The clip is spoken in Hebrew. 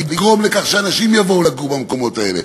לגרום לכך שאנשים יבואו לגור במקומות האלה.